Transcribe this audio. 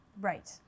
Right